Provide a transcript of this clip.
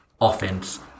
offense